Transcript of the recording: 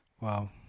Wow